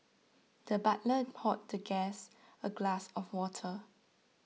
the butler poured the guest a glass of water